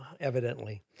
evidently